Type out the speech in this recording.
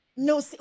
No